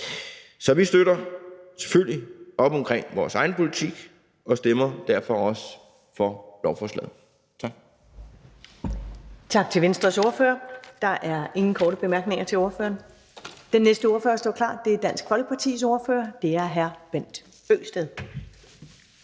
Så vi støtter selvfølgelig op omkring vores egen politik og stemmer derfor også for lovforslaget. Tak.